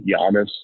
Giannis